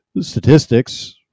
statistics